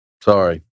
Sorry